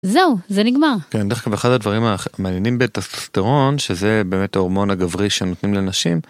זהו, זה נגמר. כן, דרך אגב, אחד הדברים המעניינים בטסטוסטרון שזה באמת ההורמון הגברי שנותנים לנשים